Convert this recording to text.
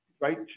Right